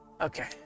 Okay